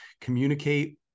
communicate